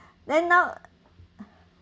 then now